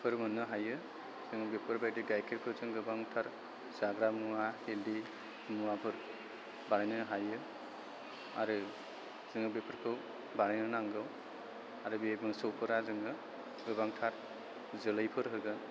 फोर मोननो हायो जों बेफोरबायदि गायखेरखौ जों गोबांथार जाग्रा मुवा केन्दि मुवाफोर बानायनो हायो आरो जोङो बेफोरखौ बानायनो नांगौ आरो बे मोसौफोरा जोंनो गोबांथार जोलैफोर होगोन